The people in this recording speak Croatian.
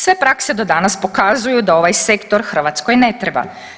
Sve prakse do danas pokazuju da ovaj sektor Hrvatskoj ne treba.